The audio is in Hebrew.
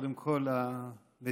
וקודם כול הווטרנים,